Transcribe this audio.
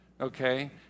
okay